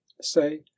Say